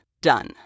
done